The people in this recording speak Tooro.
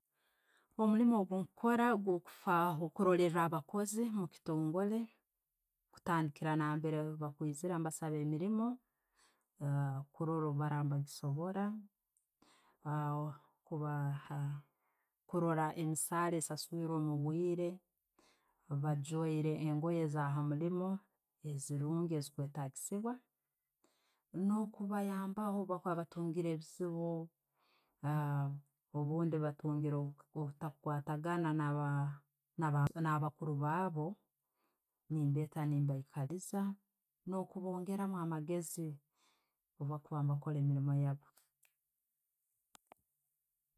Omuriimu ogundi kukola no'kufwaa ho kurolera abakoozi omukintongole. Kutandikira nambiire bakwiizira nebatooza emiiriimu, kurora bwebaraba ne'babisobora. Korora emisaara ne' sasurwa omubwiire, bagwayiire engoye eza'hamuliimu oezirungi ezikwetagiisiibwa, no'kubayambaho bwebakuba batungire ebiziibu obundi batungiire obutakwatagana na'ba kuuru baabu nembeeta nembaikaliiza no'kubongeramu amagezi bwebakuba ne bakora emiiriimu yaabu.